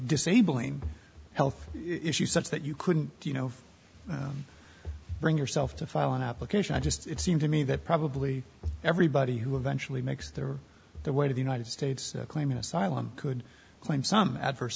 disabling health issues such that you couldn't do you know bring yourself to file an application i just it seemed to me that probably everybody who eventually makes their way to the united states claim asylum could claim some adverse